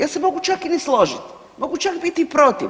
Ja se mogu čak i ne složiti, mogu čak biti i protiv.